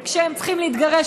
וכשהם צריכים להתגרש,